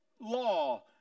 law